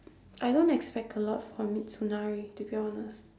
I don't expect a lot from mitsunari to be honest